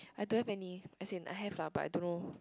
I don't have any as in I have lah but I don't know